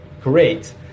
great